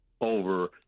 over